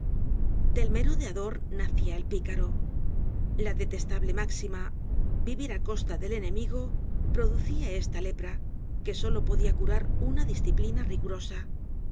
del merodeador nacia el picaro la detestable máxima vivir á costa del enemigo producia esta lepra que solo podia curar una disciplina rigurosa